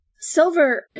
Silver